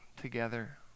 together